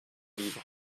livre